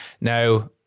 Now